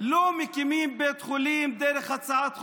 לא מקימים בית חולים דרך הצעת חוק.